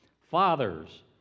Fathers